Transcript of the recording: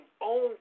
own